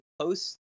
Post